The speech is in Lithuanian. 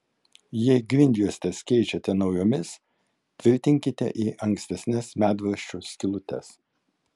jei grindjuostes keičiate naujomis tvirtinkite į ankstesnes medvaržčių skylutes